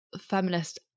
feminist